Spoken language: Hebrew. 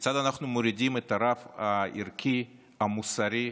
כיצד אנחנו מורידים את הרף הערכי, המוסרי,